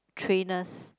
trainers